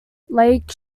lake